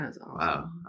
Wow